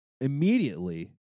immediately